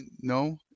no